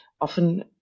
often